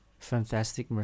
Fantastic